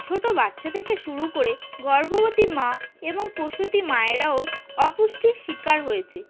ছোট বাচ্চা থেকে শুরু করে গর্ভবতী মা এবং প্রসূতি মায়েরাও অপুষ্টির শিকার হয়েছে